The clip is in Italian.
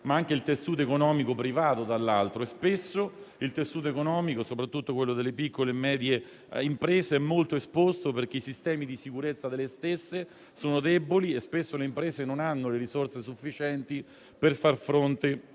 ma anche il tessuto economico privato dall'altro. Spesso, il tessuto economico, soprattutto quello delle piccole e medie imprese, è molto esposto, perché i sistemi di sicurezza delle stesse sono deboli e le imprese non hanno le risorse sufficienti per far fronte